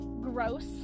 gross